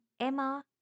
Emma